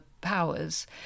powers